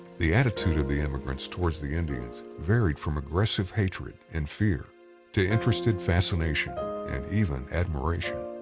the attitude of the emigrants toward the indians varied from aggressive hatred and fear to interested fascination and even admiration.